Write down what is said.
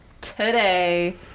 today